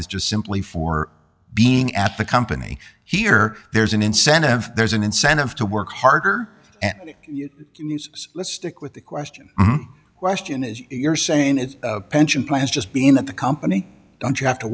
is just simply for being at the company here there's an incentive there's an incentive to work harder and let's stick with the question question as you're saying it's pension plans just being that the company you have to